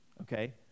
okay